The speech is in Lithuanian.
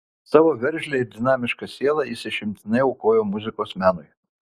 savo veržlią ir dinamišką sielą jis išimtinai aukojo muzikos menui